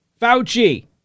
Fauci